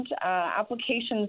applications